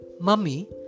Mummy